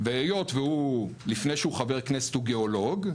והיות ולפני שהוא חבר כנסת הוא גאולוג,